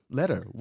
letter